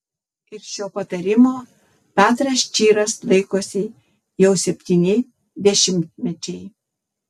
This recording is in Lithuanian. ir šio patarimo petras čyras laikosi jau septyni dešimtmečiai